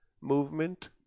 movement